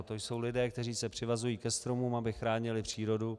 To jsou lidé, kteří se přivazují ke stromům, aby chránili přírodu.